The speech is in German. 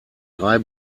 drei